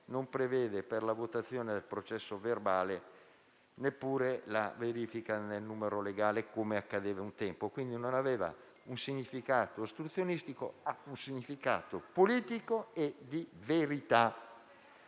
non prevede, per la votazione del processo verbale, neppure la verifica del numero legale, come accadeva un tempo. La proposta pertanto non ha, quindi, un significato ostruzionistico, ma un significato politico e di verità.